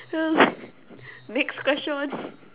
next question